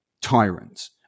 tyrants